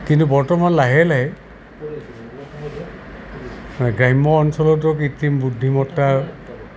কিন্তু বৰ্তমান লাহে লাহে গ্ৰাম্য অঞ্চলতো কৃত্ৰিম বুদ্ধিমত্তা